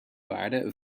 waarde